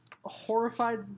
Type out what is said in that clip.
horrified